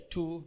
Two